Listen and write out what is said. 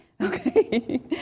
Okay